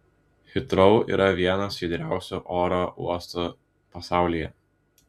hitrou yra vienas judriausių oro uostų pasaulyje